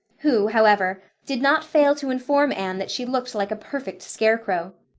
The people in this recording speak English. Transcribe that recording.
who, however, did not fail to inform anne that she looked like a perfect scarecrow.